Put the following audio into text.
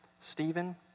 Stephen